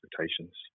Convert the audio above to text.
expectations